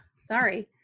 sorry